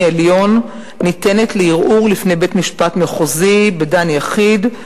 עליון ניתנת לערעור לפני בית-משפט מחוזי בדן יחיד,